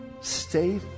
stay